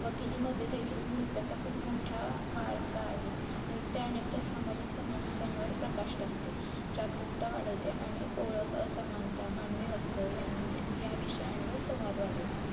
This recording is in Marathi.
वकिलीमध्ये देखील नृत्याचा खूप मोठा वारसा आहे नृत्य अनेकदा सामाजिक समस्यांवर प्रकाश टाकते जागरूकता वाढवते आणि ओळख असमानता मानवी हक्क या या विषयांवर संवाद वाढवते